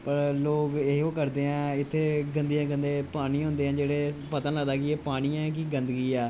लोक एह् हो करदेआं इत्थै गंदे गंदे पानी होंदे जेह्ड़े पतन पानिया गी गंदगी ऐ